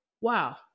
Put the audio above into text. Wow